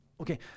Okay